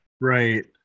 Right